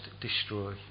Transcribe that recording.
destroy